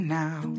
now